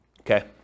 Okay